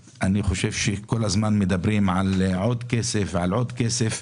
כל הזמן מדברים על עוד כסף ועוד כסף.